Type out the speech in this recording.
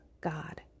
God